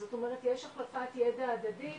זאת אומרת יש החלפת ידע הדדית